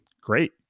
great